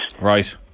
Right